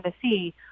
Tennessee